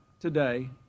today